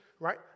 right